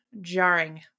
jarring